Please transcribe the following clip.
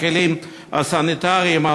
הכלים הסניטריים,